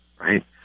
right